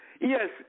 Yes